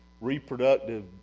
reproductive